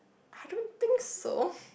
I don't think so